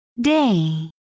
Day